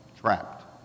trapped